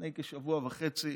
לפני כשבוע וחצי,